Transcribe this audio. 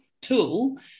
tool